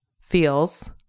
feels